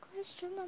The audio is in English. Question